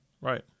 Right